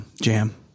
jam